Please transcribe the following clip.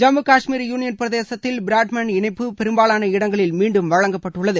Jammu Kashmir union பிரதேசத்தில் broadband இணைப்பு பெரும்பாலான இடங்களில் மீண்டும் வழங்கப்பட்டிருக்கிறது